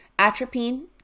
Atropine